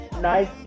nice